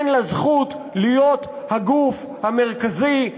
אין לה זכות להיות הגוף המרכזי,